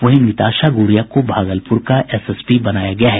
वहीं निताशा गुड़िया को भागलपुर का एसएसपी बनाया गया है